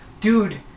dude